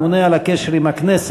הממונה על הקשר עם הכנסת,